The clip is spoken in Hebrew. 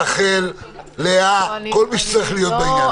רח"ל כל מי שצריך להיות בעניין הזה.